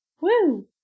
Woo